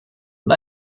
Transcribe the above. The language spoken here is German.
und